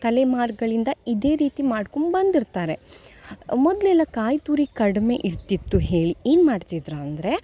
ತಲೆಮಾರುಗಳಿಂದ ಇದೇ ರೀತಿ ಮಾಡ್ಕೊಂಡ್ಬಂದಿರ್ತಾರೆ ಮೊದಲೆಲ್ಲ ಕಾಯಿತುರಿ ಕಡಿಮೆ ಇರ್ತಿತ್ತು ಹೇಳಿ ಏನು ಮಾಡ್ತಿದ್ರು ಅಂದರೆ